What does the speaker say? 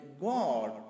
God